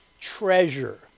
Treasure